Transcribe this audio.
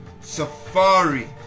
Safari